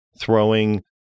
throwing